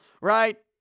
right